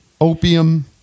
Opium